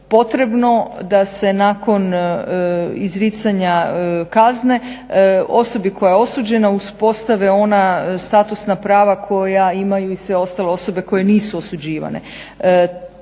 potrebno da se nakon izricanja kazne osobi koja je osuđena uspostave ona statusna prava koja imaju i sve ostale osobe koje nisu osuđivane.